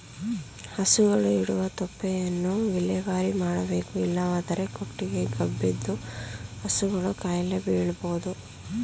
ಹಸುಗಳು ಇಡುವ ತೊಪ್ಪೆಯನ್ನು ವಿಲೇವಾರಿ ಮಾಡಬೇಕು ಇಲ್ಲವಾದರೆ ಕೊಟ್ಟಿಗೆ ಗಬ್ಬೆದ್ದು ಹಸುಗಳು ಕಾಯಿಲೆ ಬೀಳಬೋದು